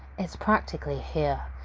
it's practically here!